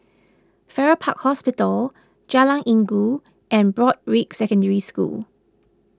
Farrer Park Hospital Jalan Inggu and Broadrick Secondary School